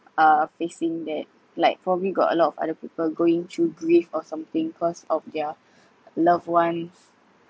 uh facing that like for me got a lot of other people going through grief or something cause of their loved ones